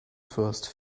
first